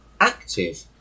active